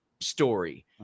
story